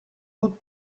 doute